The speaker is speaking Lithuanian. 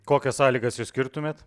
kokias sąlygas išskirtumėt